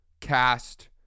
cast